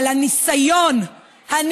אבל הניסיון הנואל,